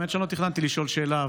האמת שלא תכננתי לשאול שאלה,